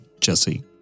Jesse